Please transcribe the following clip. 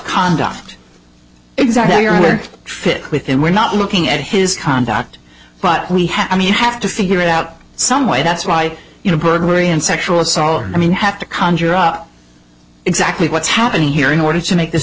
or fit within we're not looking at his conduct but we have i mean you have to figure out some way that's why you know burglary and sexual assault i mean have to conjure up exactly what's happening here in order to make this